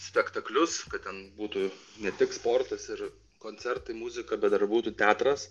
spektaklius kad ten būtų ne tik sportas ir koncertai muzika bet dar būtų teatras